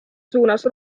suunas